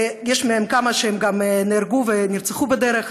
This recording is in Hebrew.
ויש מהם כמה שנהרגו ונרצחו בדרך,